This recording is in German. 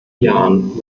jahren